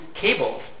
cables